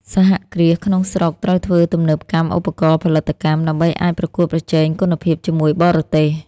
សហគ្រាសក្នុងស្រុកត្រូវធ្វើទំនើបកម្មឧបករណ៍ផលិតកម្ម ដើម្បីអាចប្រកួតប្រជែងគុណភាពជាមួយបរទេស។